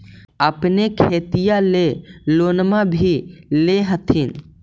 अपने खेतिया ले लोनमा भी ले होत्थिन?